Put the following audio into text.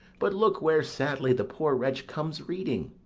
but look where sadly the poor wretch comes reading.